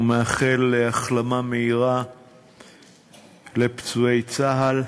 ואני מאחל החלמה מהירה לפצועי צה"ל.